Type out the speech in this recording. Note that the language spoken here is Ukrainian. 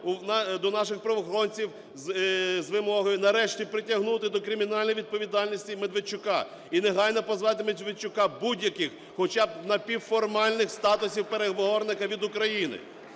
до наших правоохоронців з вимогою нарешті притягнути до кримінальної відповідальності Медведчука і негайно позбавити Медведчука будь яких, хоча б напівформальних статусів переговорника від України!